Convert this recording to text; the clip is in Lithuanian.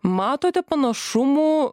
matote panašumų